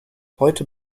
heute